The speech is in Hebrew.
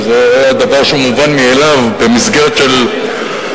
כי זה היה דבר שהוא מובן מאליו במסגרת של אל